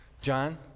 John